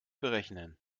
berechnen